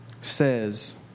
says